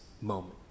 moment